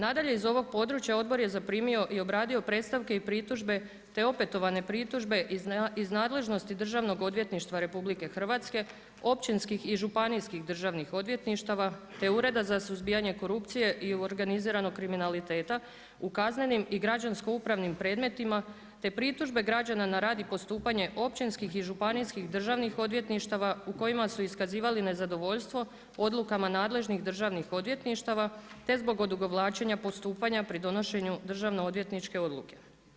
Nadalje, iz ovog područja odbor je zaprimio i obradio predstavke i pritužbe te opetovane pritužbe iz nadležnosti Državnog odvjetništva RH, općinskih i županijskih državnih odvjetništava te Ureda za suzbijanje korupcije i organiziranog kriminaliteta u kaznenim i građansko upravnim predmetima te pritužbe građana na rad i postupanje općinskih i županijskih državnih odvjetništava u kojima su iskazivali nezadovoljstvo odlukama nadležnih državnih odvjetništava te zbog odugovlačenja postupanja pri donošenju državno odvjetničke odluke.